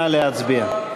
נא להצביע.